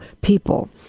people